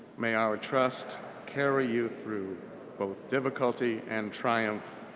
may our trust carry you through both difficulty and triumph.